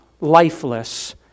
lifeless